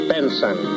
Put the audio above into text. Benson